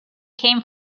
came